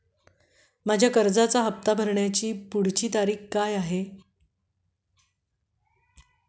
माझ्या कर्जाचा हफ्ता भरण्याची पुढची तारीख काय आहे?